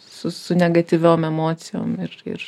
su su negatyviom emocijom ir ir